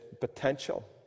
potential